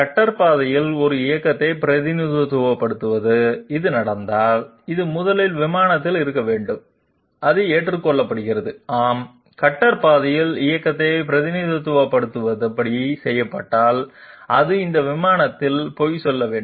cutter பாதையில் ஒரு இயக்கத்தை பிரதிநிதித்துவப்படுத்த இது நடந்தால் அது முதலில் விமானத்தில் இருக்க வேண்டும் அது ஏற்றுக்கொள்ளப்படுகிறது ஆம் கட்டர் பாதையில் இயக்கத்தை பிரதிநிதித்துவப்படுத்தும்படி செய்யப்பட்டால் அது இந்த விமானத்தில் பொய் சொல்ல வேண்டும்